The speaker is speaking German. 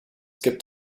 gibt